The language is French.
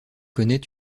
connait